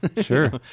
sure